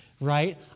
right